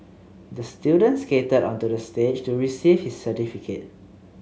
the student skated onto the stage to receive his certificate